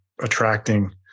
attracting